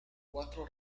cuatro